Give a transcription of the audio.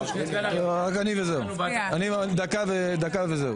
רק אני וזהו, דקה וזהו.